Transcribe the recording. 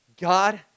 God